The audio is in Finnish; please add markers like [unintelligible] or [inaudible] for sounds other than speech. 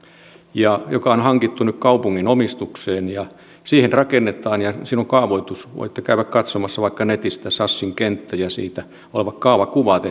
joka on hankittu nyt kaupungin omistukseen siihen rakennetaan ja siinä on kaavoitus voitte käydä katsomassa vaikka netistä sanoilla sassin kenttä siitä olevat kaavakuvat [unintelligible]